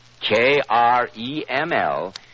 K-R-E-M-L